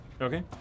Okay